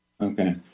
Okay